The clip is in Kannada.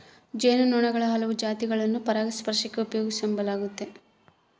ಜೇನು ನೊಣುಗುಳ ಹಲವು ಜಾತಿಗುಳ್ನ ಪರಾಗಸ್ಪರ್ಷಕ್ಕ ಉಪಯೋಗಿಸೆಂಬಲಾಗ್ತತೆ